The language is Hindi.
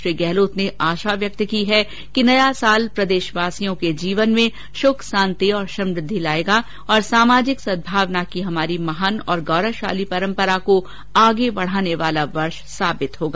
श्री गहलोत ने आशा व्यक्त की है कि नया साल प्रदेशवासियों के जीवन में सुख शांति और समुद्धि लाएगा और सामाजिक सद्भावना की हमारी महान् और गौरवशाली परम्परा को आगे बढ़ाने वाला वर्ष होगा